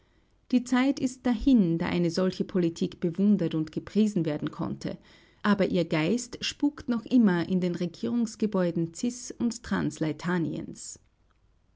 die zeit ist dahin da eine solche politik bewundert und gepriesen werden konnte aber ihr geist spukt noch immer in den regierungsgebäuden cis und